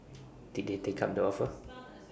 did they take up the offer